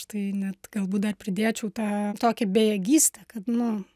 štai net galbūt dar pridėčiau tą tokią bejėgystę kad nu